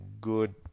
good